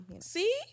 see